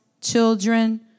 children